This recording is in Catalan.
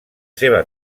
seva